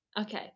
Okay